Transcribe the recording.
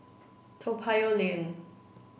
Toa Payoh Lane